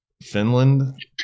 Finland